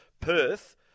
Perth